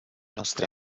nostri